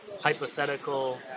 hypothetical